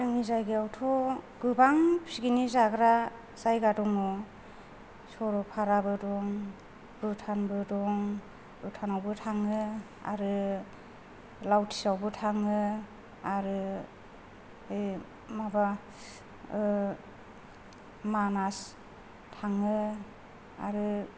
जोंनि जायगायावथ' गोबां पिकनिक जाग्रा जायगा दङ सरलपाराबो दं भुटानबो दं भुटानावबो थाङो आरो लावथिआवबो थाङो आरो बे माबा मानास थाङो आरो